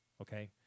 Okay